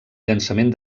llançament